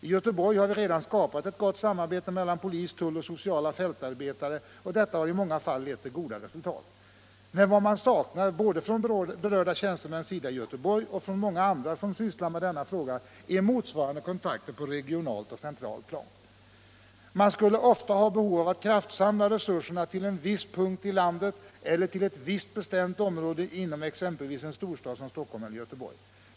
I Göteborg har vi redan skapat ett gott samarbete mellan polis, tull och sociala fältarbetare, och detta har i många fall lett till goda resultat. Men vad man saknar, både från berörda tjänstemäns sida i Göteborg och från många andra som sysslar med denna fråga, är motsvarande kontakter på regionalt och centralt plan. Man skulle ofta ha behov av att kraftsamla resurserna till en viss punkt i landet eller till ett visst bestämt område inom exempelvis en storstad som Stockholm eller Göteborg.